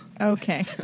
Okay